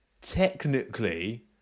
technically